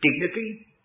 Dignity